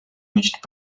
nicht